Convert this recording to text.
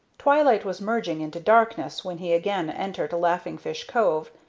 twilight was merging into darkness when he again entered laughing fish cove,